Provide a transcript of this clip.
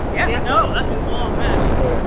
yeah yeah. no, that's a long match. ok.